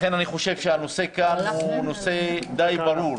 לכן אני חושב שהנושא כאן די ברור לנו,